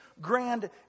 grand